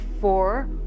four